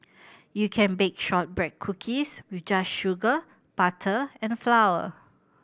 you can bake shortbread cookies with just sugar butter and flour